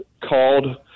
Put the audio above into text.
called